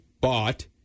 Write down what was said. bought